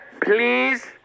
please